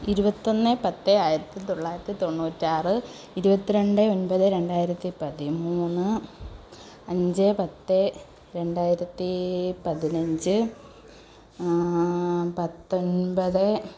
ഇരുപത്തൊന്ന് പത്ത് ആയിരത്തിത്തൊള്ളായിരത്തി തൊണ്ണൂറ്റാറ് ഇരുപത്തി രണ്ട് ഒൻപത് രണ്ടായിരത്തി പതിമൂന്ന് അഞ്ച് പത്ത് രണ്ടായിരത്തി പതിനഞ്ച് പത്തൊൻപത്